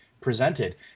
Presented